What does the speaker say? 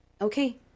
Okay